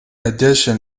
addition